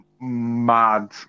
mad